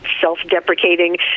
self-deprecating